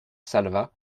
salvat